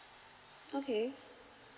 okay